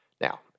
Now